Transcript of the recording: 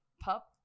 pup